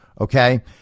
Okay